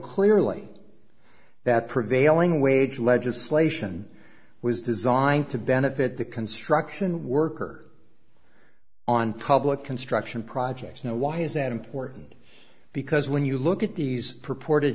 clearly that prevailing wage legislation was designed to benefit the construction worker on public construction projects now why is that important because when you look at these purported